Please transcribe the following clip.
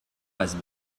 has